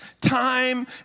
time